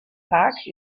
park